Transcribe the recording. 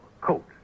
coat